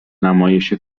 نمایش